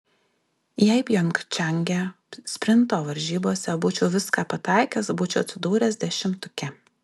jei pjongčange sprinto varžybose būčiau viską pataikęs būčiau atsidūręs dešimtuke